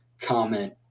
comment